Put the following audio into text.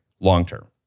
Long-term